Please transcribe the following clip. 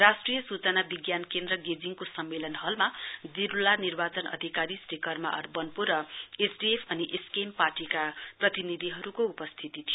राष्ट्रिय सुचना विज्ञान केन्द्र गेजिङको सम्मेलन हलमा जिल्ला निर्वाचन अधिकारी श्री कर्म आर वन्पो र एसडिएफ अनि एसकेएम पार्टीका प्रतिनिधिहरुको उपस्थिती थियो